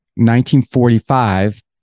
1945